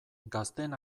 gazteen